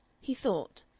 he thought.